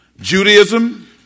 Judaism